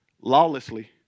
lawlessly